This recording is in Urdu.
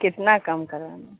کتنا کم کرانا